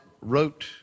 wrote